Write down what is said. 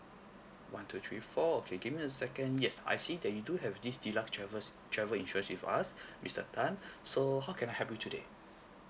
one two three four okay give me a second yes I see that you do have this deluxe travellers travel insurance with us mister tan so how can I help you today